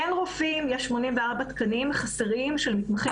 אין רופאים - יש 84 תקנים חסרים של מתמחים בבריאות הנפש.